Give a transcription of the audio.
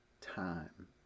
time